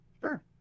Sure